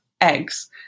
eggs